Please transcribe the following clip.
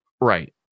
Right